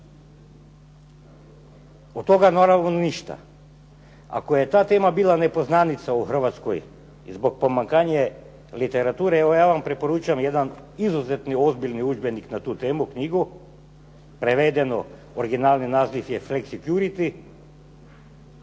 Od toga naravno ništa. Ako je ta tema bila nepoznanica u Hrvatskoj zbog pomanjkanja literature, evo ja vam preporučam jedan izuzetni ozbiljni udžbenik na tu temu, knjigu, prevedeno. Originalni naziv je flex security.